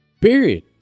Period